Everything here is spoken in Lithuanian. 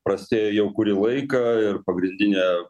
prasidėjo jau kurį laiką ir pagrindinė